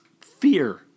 Fear